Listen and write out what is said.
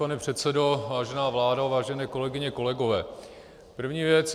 Vážený pane předsedo, vážená vládo, vážené kolegyně, kolegové první věc.